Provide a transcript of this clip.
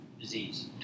disease